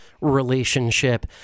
relationship